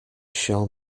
shall